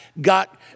got